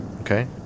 Okay